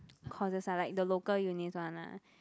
courses ah like the local unis one lah